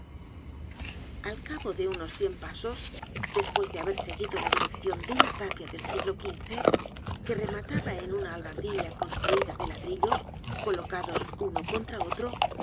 al cabo de unos cien pasos despues de haber seguido la direccion de una tapia del siglo xv que remataba en una albardilla construida de ladrillos colocados uno contra otro